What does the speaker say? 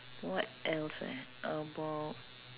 what else eh about